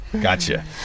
Gotcha